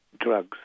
drugs